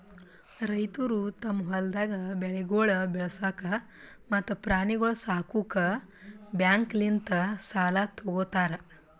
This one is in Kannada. ರೈತುರು ತಮ್ ಹೊಲ್ದಾಗ್ ಬೆಳೆಗೊಳ್ ಬೆಳಸಾಕ್ ಮತ್ತ ಪ್ರಾಣಿಗೊಳ್ ಸಾಕುಕ್ ಬ್ಯಾಂಕ್ಲಿಂತ್ ಸಾಲ ತೊ ಗೋತಾರ್